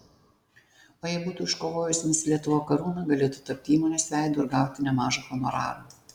o jei būtų iškovojusi mis lietuva karūną galėtų tapti įmonės veidu ir gauti nemažą honorarą